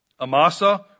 Amasa